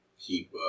keep